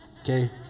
Okay